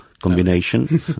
combination